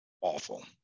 awful